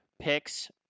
picks